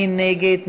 מי נגד?